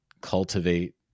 cultivate